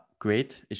great